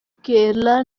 kerala